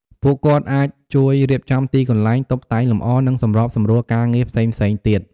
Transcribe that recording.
ពួកគាត់អាចជួយរៀបចំទីកន្លែង តុបតែងលម្អ និងសម្របសម្រួលការងារផ្សេងៗទៀត។